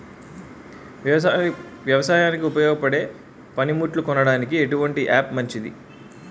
వ్యవసాయానికి ఉపయోగపడే పనిముట్లు కొనడానికి ఎటువంటి యాప్ మంచిది?